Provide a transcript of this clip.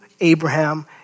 Abraham